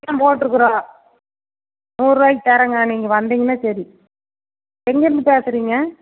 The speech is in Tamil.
போட்ருக்குறோம் நூறுவாய்க்கு தரங்க நீங்கள் வந்திங்கன்னா சரி எங்கிருந்து பேசுகிறிங்க